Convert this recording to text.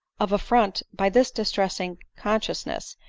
of affront by this distressing con sciousness,